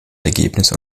ergebnis